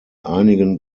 einigen